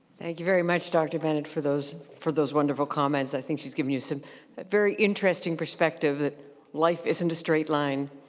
thank you very much, dr. bennett, for those for those wonderful comments. i think she's given you so a very interesting perspective that life isn't a straight line.